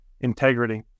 Integrity